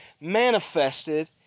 manifested